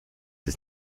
ist